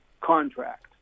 contract